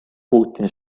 putin